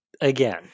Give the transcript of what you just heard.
again